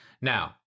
Now